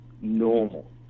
normal